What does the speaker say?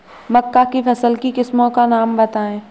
मक्का की फसल की किस्मों का नाम बताइये